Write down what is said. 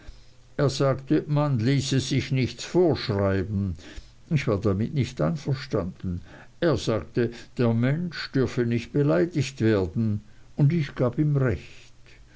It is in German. er sagte man ließe sich nichts vorschreiben ich war damit nicht einverstanden er sagte der mensch dürfte nicht beleidigt werden und ich gab ihm recht